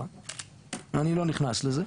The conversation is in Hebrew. גם אני לא נכנס לזה,